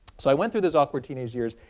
so i went through those awkward teenage years.